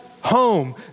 home